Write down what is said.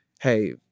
hey